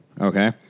Okay